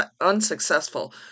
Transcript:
unsuccessful